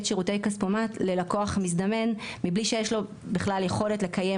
שירותי כספומט ללקוח מזדמן מבלי שיש לו בכלל יכולת לקיים